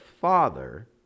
father